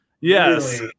Yes